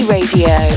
Radio